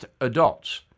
adults